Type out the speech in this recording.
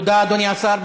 תודה, אדוני השר.